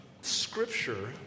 Scripture